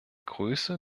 größe